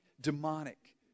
demonic